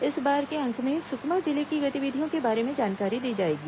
इस बार के अंक में सुकमा जिले की गतिविधियों के बारे में जानकारी दी जाएगी